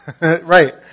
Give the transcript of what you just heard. Right